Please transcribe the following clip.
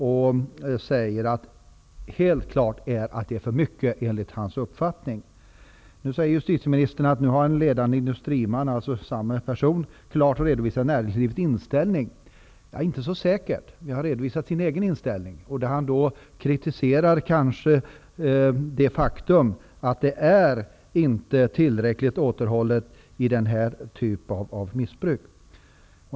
Vad Curt Nicolin sade var att mutor enligt hans uppfattning förekommer i alltför hög grad. Justitieministern säger nu att en ledande industriman -- dvs. samma person -- klart har redovisat näringslivets inställning. Det är inte så säkert. Han har redovisat sin egen inställning, och han kritiserar det faktum att det inte är tillräckligt mycket återhållsamhet kring den här typen av missbruk.